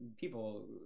people